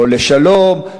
לא לשלום,